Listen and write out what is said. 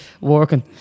working